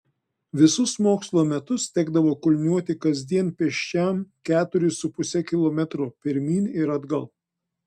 visus mokslo metus tekdavo kulniuoti kasdien pėsčiam keturis su puse kilometro pirmyn ir atgal